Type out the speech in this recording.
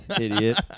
idiot